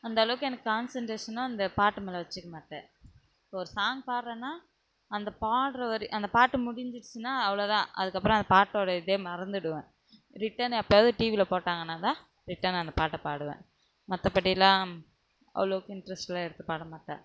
அந்தளவுக்கு எனக்கு கான்சென்ட்ரேஷனை அந்த பாட்டு மேல் வச்சுக்கமாட்டேன் ஒரு சாங்க் பாடறேன்னா அந்த பாடற வரைக் அந்த பாட்டு முடிஞ்சுச்சின்னா அவ்வளோதான் அதுக்கப்புறம் அந்த பாட்டோடய இதேயே மறந்திடுவேன் ரிட்டன் எப்பையாது டிவியில் போட்டாங்கன்னால்தான் ரிட்டன் அந்த பாட்டை பாடுவேன் மற்றப்படிலாம் அவ்வளோக்கு இன்ட்ரஸ்ட்ஸெலாம் எடுத்து பாட மாட்டேன்